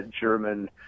German